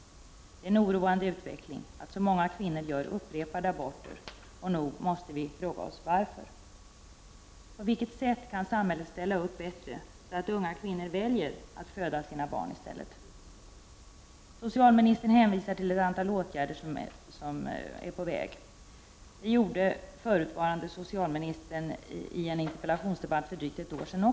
Det är en oroande utveckling att så många kvinnor gör upprepade aborter, och nog måste vi fråga oss varför. På vilket sätt kan samhället ställa upp bättre så att unga kvinnor i stället väljer att föda sina barn? Socialministern hänvisar till ett antal åtgärder som är på väg. Det gjorde även förutvarande socialministern i en interpellationsdebatt för drygt ett år sedan.